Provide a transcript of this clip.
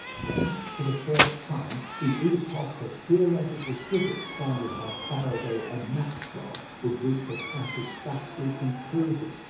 then for the first time the epoch of theoretical physics founded by faraday and maxwell would reach a satisfactory conclusion.